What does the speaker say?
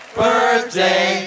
birthday